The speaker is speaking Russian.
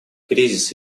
кризис